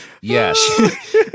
Yes